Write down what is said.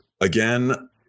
Again